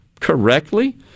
correctly